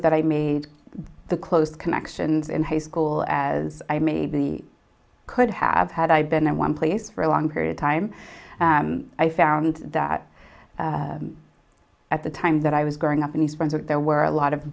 that i made the closed connections in high school as i made the could have had i've been in one place for a long period of time i found that at the time that i was growing up in the sense that there were a lot of